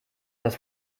das